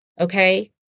okay